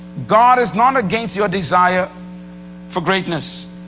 god is not against your desire for greatness.